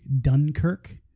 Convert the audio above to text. Dunkirk